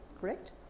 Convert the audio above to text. Correct